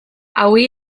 hauei